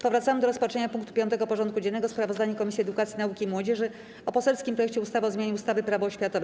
Powracamy do rozpatrzenia punktu 5. porządku dziennego: Sprawozdanie Komisji Edukacji, Nauki i Młodzieży o poselskim projekcie ustawy o zmianie ustawy - Prawo oświatowe.